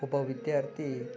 ಒಬ್ಬ ವಿದ್ಯಾರ್ಥಿ